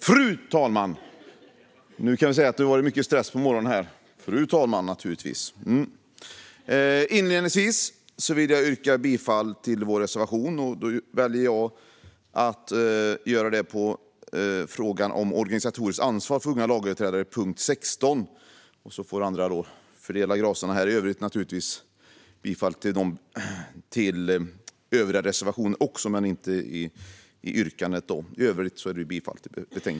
Fru talman! Inledningsvis vill jag yrka bifall till reservation 19 under punkt 16, Organisatoriskt ansvar för unga lagöverträdare. Andra får fördela gracerna i övrigt.